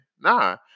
Nah